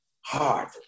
hard